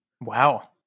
Wow